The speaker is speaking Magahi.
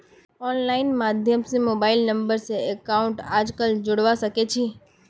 आनलाइन माध्यम स मोबाइल नम्बर स अकाउंटक आजकल जोडवा सके छी